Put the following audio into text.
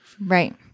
Right